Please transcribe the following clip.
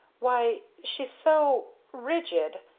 why she's so rigid.